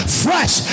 fresh